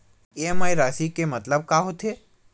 EMI राशि के मतलब का होथे?